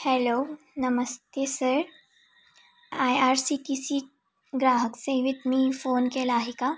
hello नमस्ते sir I R C T C ग्राहक सेवेत मी फोन केला आहे का